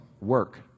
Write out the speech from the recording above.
work